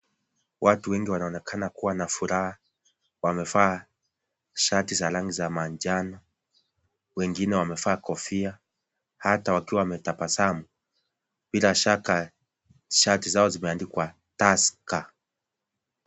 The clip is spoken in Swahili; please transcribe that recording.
Watu wengi wanaonekana kuwa na furahaa, wamevaa shati za rangi za manjano wengine wamevaa kofia. Hata wakiwa wametabasamu, bila shaka shati zao zimeandikwa Tusker.